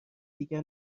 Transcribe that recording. دیگر